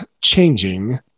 changing